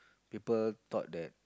people thought that